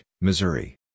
Missouri